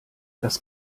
das